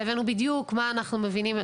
שהבאנו בדיוק מה אנחנו מבינים,